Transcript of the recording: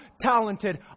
talented